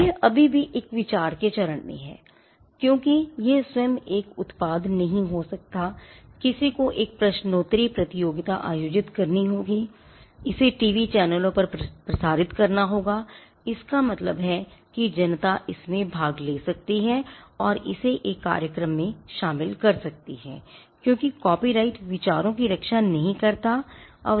यह अभी भी एक विचार के चरण में है क्योंकि यह स्वयं एक उत्पाद नहीं हो सकता है किसी को एक प्रश्नोत्तरी प्रतियोगिता आयोजित करनी होगी इसे टीवी चैनलों पर प्रसारित करना होगा इसका मतलब है कि जनता इसमें भाग ले सकती है और इसे एक कार्यक्रम में शामिल कर सकती है क्योंकि कॉपीराइट विचारों की रक्षा नहीं करता है